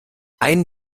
ein